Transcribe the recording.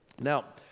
Now